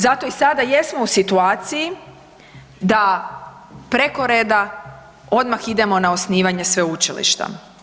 Zato i sada jesmo u situaciji da preko reda odmah idemo na osnivanje sveučilišta.